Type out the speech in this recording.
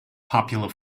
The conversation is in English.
popular